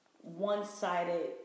one-sided